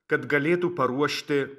kad galėtų paruošti